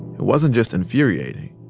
it wasn't just infuriating.